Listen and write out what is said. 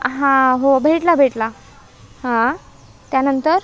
हां हो भेटला भेटला हां त्यानंतर